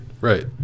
right